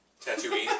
Tattooing